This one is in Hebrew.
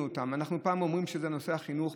אותם: אנחנו פעם אומרים שזה נושא החינוך,